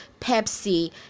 Pepsi